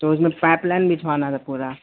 تو اس میں پائپ لائن بچھوانا تھا پورا